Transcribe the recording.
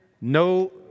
no